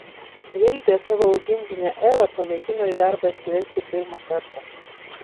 viltė savo augintinę elą pamėgino į darbą atsivesti pirmą kartą